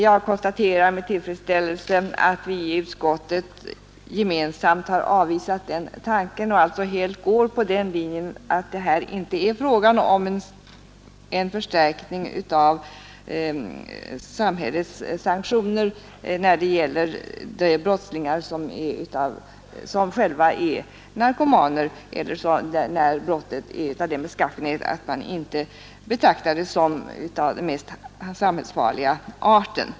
Jag konstaterar med tillfredsställelse att vi i utskottet har avvisat den tanken och alltså helt gått på den linjen att här inte är fråga om en förstärkning av samhällets sanktioner när det gäller brottslingar som själva är narkomaner eller då brottet är av sådan beskaffenhet att man inte betraktar det som varande av den mest samhällsfarliga arten.